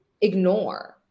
ignore